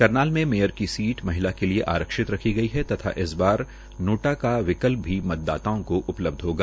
करनाल में मेयर की सीट महिला के लिए आरक्षित रखी गई है तथा इस बार नोटा का विकल्प भी मतदाताओ को उपलब्ध होगा